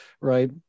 right